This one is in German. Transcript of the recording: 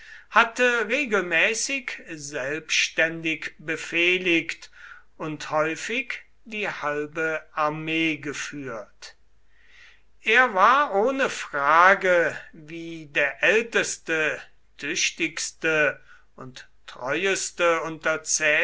hatte regelmäßig selbständig befehligt und häufig die halbe armee geführt er war ohne frage wie der älteste tüchtigste und treueste